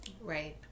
right